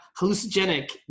hallucinogenic